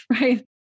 right